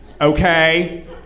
okay